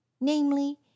namely